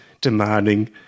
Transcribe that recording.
demanding